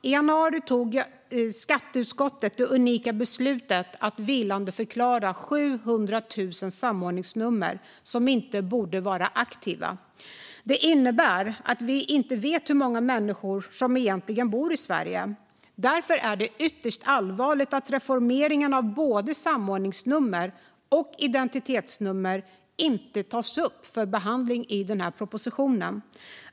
I januari tog skatteutskottet det unika beslutet att vilandeförklara 700 000 samordningsnummer som inte borde vara aktiva. Detta innebär att vi inte vet hur många människor som egentligen bor i Sverige. Därför är det ytterst allvarligt att reformeringen av både samordningsnummer och identitetsnummer inte tas upp för behandling i propositionen.